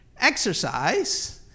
exercise